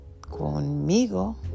Conmigo